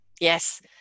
yes